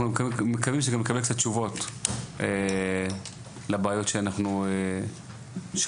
מקווים שנקבל קצת תשובות לבעיות שאנחנו ששמענו.